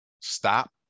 stop